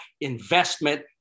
investment